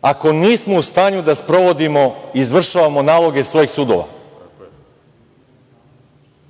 ako nismo u stanju da sprovodimo, izvršavamo naloge svojih sudova? Rekao